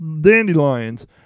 dandelions